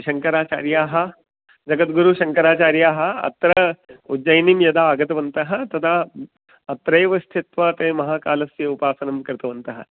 शङ्कराचार्याः जगद्गुरुशङ्कराचार्याः अत्र उज्जयिनीं यदा आगतवन्तः तदा अत्रैव स्थित्वा ते महाकालस्य उपासनं कृतवन्तः